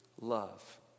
love